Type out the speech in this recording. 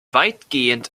weitgehend